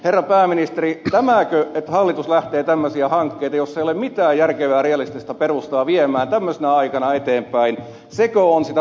herra pääministeri tämäkö että hallitus lähtee tämmöisiä hankkeita joissa ei ole mitään järkevää realistista perustaa viemään tämmöisenä aikana eteenpäin sekö on sitä omistajaohjausta